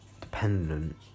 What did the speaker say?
dependent